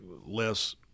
less-